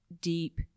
deep